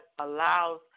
allows